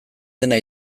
dena